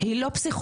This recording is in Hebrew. היא לא פסיכולוגית.